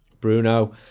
Bruno